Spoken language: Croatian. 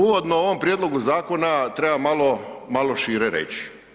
Uvodno o ovom prijedlogu zakona treba malo šire reći.